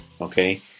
Okay